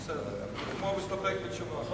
זה בסדר, זה כמו להסתפק בתשובה.